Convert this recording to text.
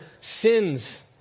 sins